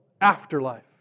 afterlife